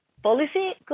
Policy